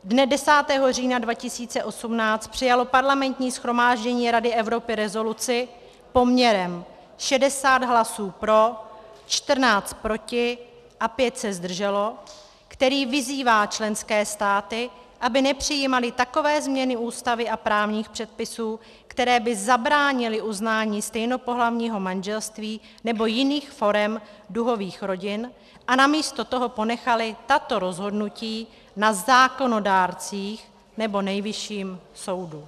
Dne 10. října 2018 přijalo Parlamentní shromáždění Rady Evropy rezoluci poměrem 60 hlasů pro, 14 proti a 5 se zdrželo, která vyzývá členské státy, aby nepřijímaly takové změny ústavy a právních předpisů, které by zabránily uznání stejnopohlavního manželství nebo jiných forem duhových rodin, a namísto toho ponechaly tato rozhodnutí na zákonodárcích nebo Nejvyšším soudu.